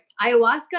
Ayahuasca